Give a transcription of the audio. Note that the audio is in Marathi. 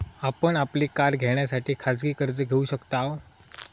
आपण आपली कार घेण्यासाठी खाजगी कर्ज घेऊ शकताव